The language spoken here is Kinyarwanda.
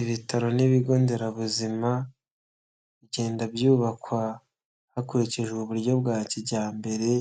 Ibitaro n'ibigo nderabuzima bigenda byubakwa hakurikijwe uburyo bwa kijyambere;